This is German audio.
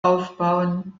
aufbauen